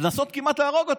לנסות כמעט להרוג אותו.